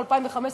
ב-2015,